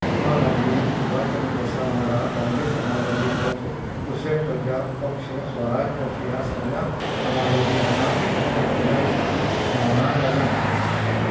महात्मा गांदीन सुबाश चंद्र बोसा वांगडा काँग्रॅस समाजवादी पक्ष कृशक प्रजा पक्ष स्वराज पक्ष ह्या सगल्या समाजवादी गटाक एकोणशे एकोणचाळिसांत धांवडावन घाले